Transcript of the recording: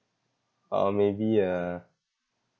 or or maybe uh